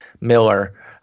miller